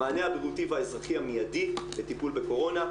המענה הבריאותי והאזרחי המידי לטיפול בקורונה.